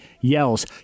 Yells